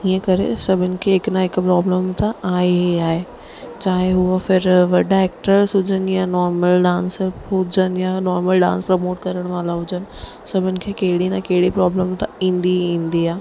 हीअं करे सभिनि खे हिकु न हिकु प्रॉब्लम त आहे ई आहे चाहे हूअ फिर वॾा एक्ट्रेस हुजनि या नॉर्मल डांसर ख़ुदि हुजनि या नॉर्मल डांस प्रमोट करण वाला हुजनि सभिनि खे कहिड़ी न कहिड़ी प्रॉब्लम त ईंदी ईंदी आहे